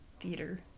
theater